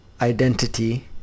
identity